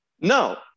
No